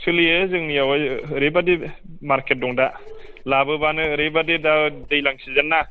सोलियो जोंनिआवहाय ओरैबायदि मारखेद दं दा लाबोबानो ओरैबायदि दा दैलां सिजेना